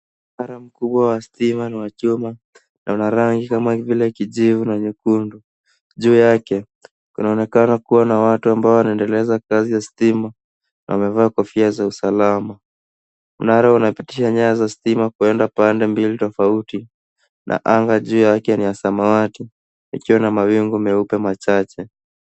Bara mkubwa wa stima ni wa chuma na Una rangi kama vile kijivu na nyekundu. Juu Yake kunaonekana kuwa na watu ambao wanaendeleza kazi ya stima amevaa kofia za usalama. Mnaro unapitisha nyaya za stima za kuenda pande mbili tofauti na anga juu Yake Ni ya samawati ikiwa na mawingu mweupe machaje.